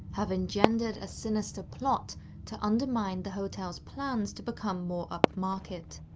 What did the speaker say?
have engendered a sinister plot to undermine the hotel's plans to become more upmarket?